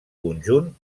conjunt